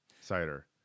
cider